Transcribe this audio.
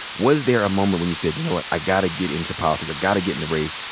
was there a moment when you said, you know what, i gotta get into politics. i gotta get in the race.